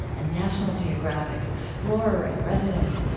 a national geographic explorer-in-residence,